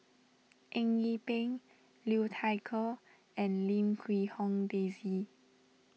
Eng Yee Peng Liu Thai Ker and Lim Quee Hong Daisy